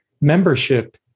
membership